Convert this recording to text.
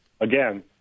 again